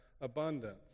abundance